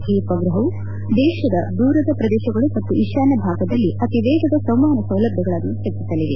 ಈ ಉಪಗ್ರಹವು ದೇಶದ ದೂರದ ಶ್ರದೇಶಗಳು ಮತ್ತು ಈಶಾನ್ನ ಭಾಗದಲ್ಲಿ ಅತಿ ವೇಗದ ಸಂವಹನ ಸೌಲಭ್ಯಗಳನ್ನು ಹೆಚ್ಲಿಸಲಿದೆ